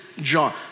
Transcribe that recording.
john